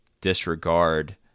disregard